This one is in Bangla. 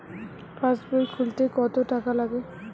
পাশবই খুলতে কতো টাকা লাগে?